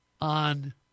on